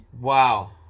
Wow